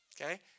okay